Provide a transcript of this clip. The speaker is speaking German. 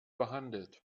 behandelt